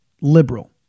liberal